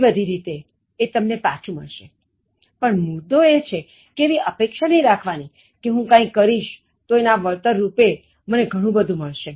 ઘણી બધી રીતે એ તમને પાછું મળશે પણ મુદ્દો એ છે કે એવી અપેક્ષા નહી રાખવાની કે હું કાંઈ કરીશ તો એના વળતર રૂપે મને ઘણું બધું મળશે